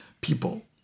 people